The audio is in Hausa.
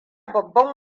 babban